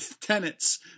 tenets